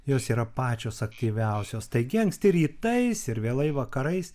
jos yra pačios aktyviausios taigi anksti rytais ir vėlai vakarais